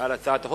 על הצעת החוק.